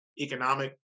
economic